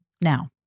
now